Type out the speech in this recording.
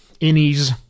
innies